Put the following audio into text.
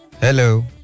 Hello